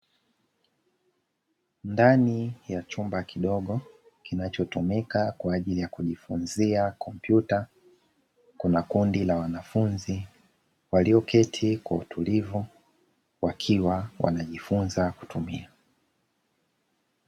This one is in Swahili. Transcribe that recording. Ndani ya chumba kidogo kinachotumika kwa ajili ya kujifunzia kompyuta, kuna kundi la wanafunzi walioketi kwa utulivu wakiwa wanajifunza kutumia.